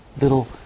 little